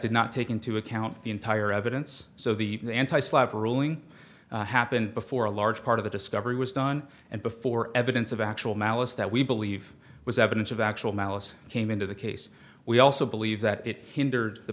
did not take into account the entire evidence so the ruling happened before a large part of the discovery was done and before evidence of actual malice that we believe was evidence of actual malice came into the case we also believe that it hindered the